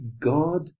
God